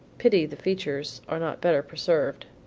pity the features are not better preserved.